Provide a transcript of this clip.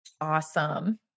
awesome